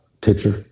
picture